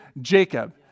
Jacob